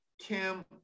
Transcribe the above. Kim